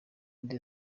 nde